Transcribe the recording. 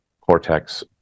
cortex